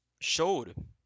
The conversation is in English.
showed